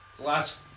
last